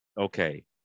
okay